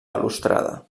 balustrada